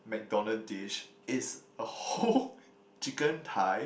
McDonald's dish is a whole chicken thigh